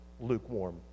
lukewarm